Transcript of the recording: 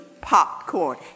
popcorn